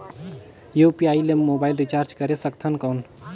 UPI ले mobile recharge करे सकथन कौन?